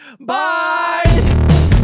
Bye